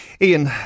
Ian